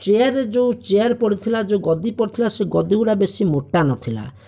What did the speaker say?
ଚେୟାରରେ ଯେଉଁ ଚେୟାର ପଡୁଥିଲା ଯେଉଁ ଗଦି ପଡୁଥିଲା ସେ ଗଦି ଗୁଡ଼ାକ ବେଶୀ ମୋଟା ନଥିଲା